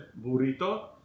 Burrito